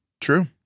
True